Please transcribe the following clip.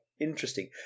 Interesting